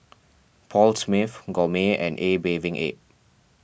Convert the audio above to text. Paul Smith Gourmet and A Bathing Ape